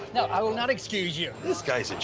no, i will not excuse you. this guy's and